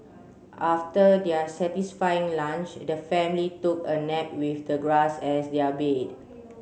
after their satisfying lunch the family took a nap with the grass as their bed